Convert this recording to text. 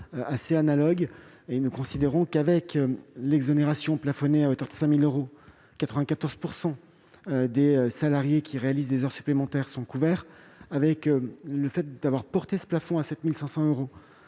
analogues. Nous considérons que, avec l'exonération plafonnée à hauteur de 5 000 euros, 94 % des salariés qui réalisent des heures supplémentaires sont couverts. En portant ce plafond à 7 500 euros